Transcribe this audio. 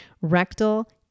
Rectal